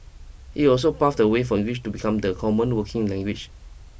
it also paved the way for English to become the common working language